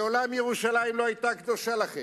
מעולם ירושלים לא היתה קדושה לכם.